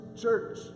church